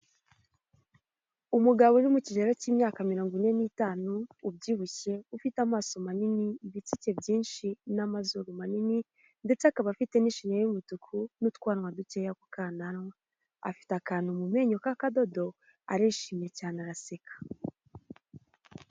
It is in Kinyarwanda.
Umugabo uri mu kigero cy'imyaka mirongo ine n'itanu ubyibushye ufite amaso manini ibitsike byinshi n'amazuru manini, ndetse akaba afite n'ishinya y'umutuku n'utwanwa dukeya ku kananwa afite akantu mu menyo k'akadodo arishimye cyane araseka.